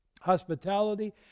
Hospitality